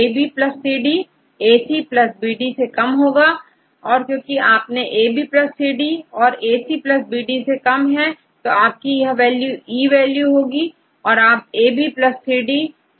यदिABCD है तो यहACBD से कम होगा क्योंकि आप देखेंABCD तो यहACBD से कम है क्योंकि यहांE की वैल्यू औरABCD है